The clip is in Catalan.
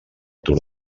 tour